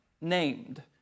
named